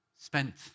spent